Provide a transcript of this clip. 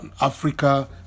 Africa